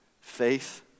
faith